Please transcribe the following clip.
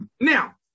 now